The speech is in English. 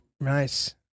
Nice